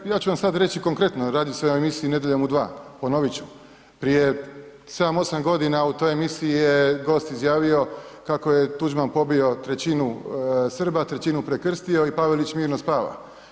Jer ja ću vam sad reći i konkretno, radi se o emisiji Nedjeljom u 2. Ponoviti ću, prije 7, 8 godina u toj emisiji je gost izjavio kako je Tuđman pobio trećinu Srba, trećinu prekrstio i Pavelić mirno spava.